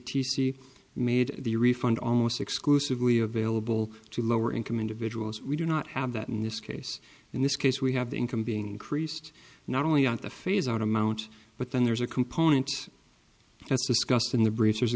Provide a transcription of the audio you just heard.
c made the refund almost exclusively available to lower income individuals we do not have that in this case in this case we have the income being increased not only at the phase out amount but then there's a component that's discussed in the breac